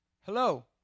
Hello